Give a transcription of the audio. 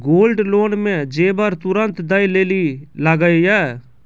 Gold loan मे जेबर तुरंत दै लेली लागेया?